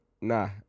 nah